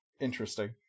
Interesting